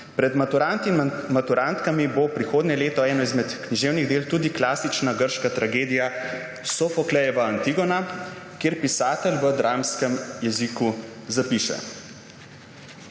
in maturantkami bo prihodnje leto eno izmed književnih del tudi klasična grška tragedija Sofoklejeva Antigona, kjer pisatelj v dramskem jeziku zapiše: